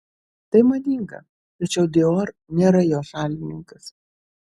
tai madinga tačiau dior nėra jo šalininkas